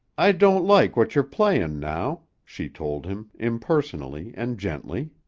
i don't like what you're playin' now, she told him, impersonally and gently.